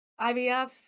IVF